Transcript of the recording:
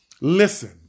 Listen